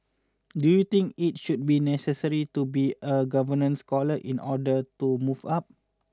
do you think it should be necessary to be a government scholar in order to move up